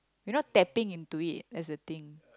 you know tapping into it that's the thing